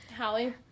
Hallie